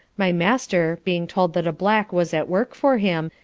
my master, being told that a black was at work for him,